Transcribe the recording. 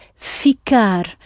ficar